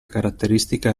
caratteristica